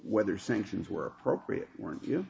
whether sanctions were appropriate were you